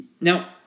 Now